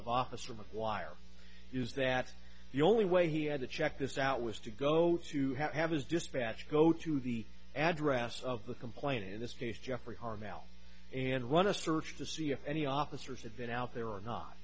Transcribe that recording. of officer mcguire is that the only way he had to check this out was to go to have his dispatch go to the address of the complainant in this case jeffrey harm out and run a search to see if any officers had been out there or not